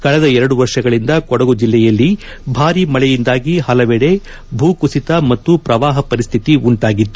ಕಳೆದ ಎರಡು ವರ್ಷಗಳಿಂದ ಕೊಡಗು ಜಿಲ್ಲೆಯಲ್ಲಿ ಭಾರೀ ಮಳೆಯಿಂದಾಗಿ ಪಲವೆಡೆ ಭೂಕುಸಿತ ಹಾಗೂ ಪ್ರವಾಪ ಪರಿಸ್ತಿತಿ ಉಂಟಾಗಿತ್ತು